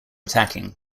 attacking